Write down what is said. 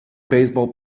baseball